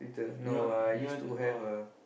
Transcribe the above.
you know you know !wah!